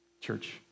Church